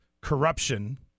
corruption